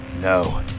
No